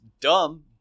dumb